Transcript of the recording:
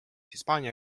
hispaania